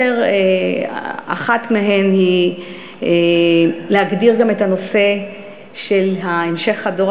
אחת מהן היא להגדיר את הנושא של המשך הדור